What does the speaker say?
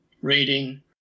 reading